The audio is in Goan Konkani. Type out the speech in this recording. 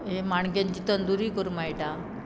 हे माणक्यांची तंदुरी करूं मेळटा